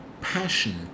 passion